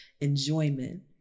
enjoyment